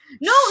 No